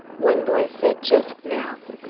one boy said just now,